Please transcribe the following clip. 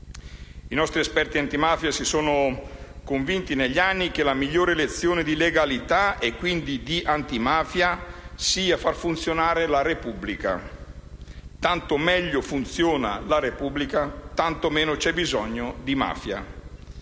I nostri esperti antimafia si sono convinti negli anni che la migliore lezione di legalità - e quindi di antimafia - sia far funzionare la Repubblica. Tanto meglio funziona la Repubblica, tanto meno c'è bisogno di mafia.